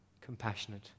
compassionate